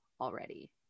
already